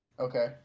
Okay